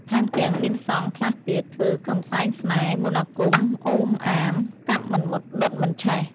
ថែមទាំងមានសង្ឃខ្លះទៀត ធ្វើកន្សែងស្នេហ៍ មន្តអាគមអូមអាម កាប់មិនមុតដុតមិនឆេះ ។